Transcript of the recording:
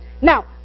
Now